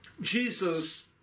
Jesus